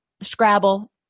Scrabble